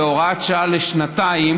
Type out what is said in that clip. בהוראת שעה לשנתיים,